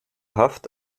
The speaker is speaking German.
haft